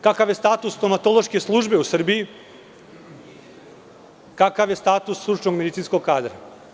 Kakav je status stomatološke službe u Srbiji, kakav je status stručnog medicinskog kadra?